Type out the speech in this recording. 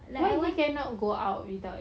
that one cannot go out without